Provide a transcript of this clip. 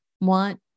want